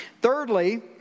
Thirdly